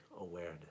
awareness